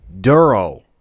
Duro